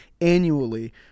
annually